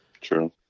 True